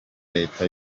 leta